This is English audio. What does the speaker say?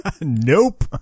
nope